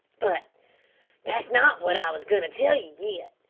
but that's not what i wos goin' to tell ye yet.